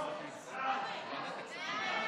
(הוראת שעה) (תיקון מס' 6), התשפ"א 2021,